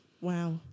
Wow